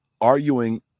arguing